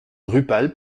drupal